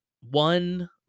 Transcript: one